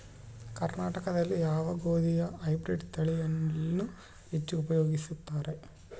ಕರ್ನಾಟಕದಲ್ಲಿ ಯಾವ ಗೋಧಿಯ ಹೈಬ್ರಿಡ್ ತಳಿಯನ್ನು ಹೆಚ್ಚು ಉಪಯೋಗಿಸುತ್ತಾರೆ?